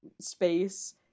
space